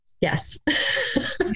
yes